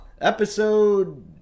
episode